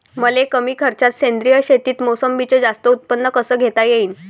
मले कमी खर्चात सेंद्रीय शेतीत मोसंबीचं जास्त उत्पन्न कस घेता येईन?